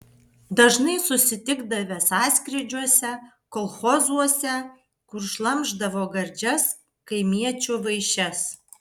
dažnai susitikdavę sąskrydžiuose kolchozuose kur šlamšdavo gardžias kaimiečių vaišes